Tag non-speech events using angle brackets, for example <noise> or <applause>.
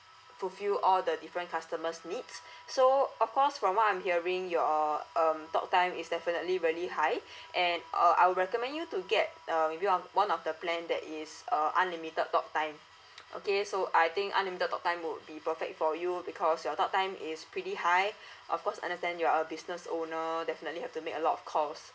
fulfill all the different customers' needs so of course from what I'm hearing your uh um talktime is definitely really high and uh I'll recommend you to get uh maybe one one of the plan that is uh unlimited talktime <noise> okay so I think unlimited talktime would be perfect for you because your talktime is pretty high of course understand you are a business owner definitely have to make a lot of calls